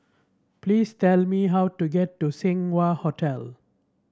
please tell me how to get to Seng Wah Hotel